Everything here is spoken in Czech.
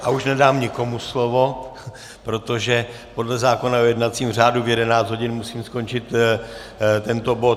A už nedám nikomu slovo, protože podle zákona o jednacím řádu v 11 hodin musíme skončit tento bod.